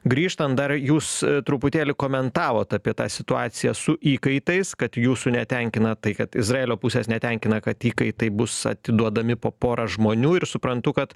grįžtant dar jūs truputėlį komentavot apie tą situaciją su įkaitais kad jūsų netenkina tai kad izraelio pusės netenkina kad įkaitai bus atiduodami po porą žmonių ir suprantu kad